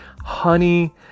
honey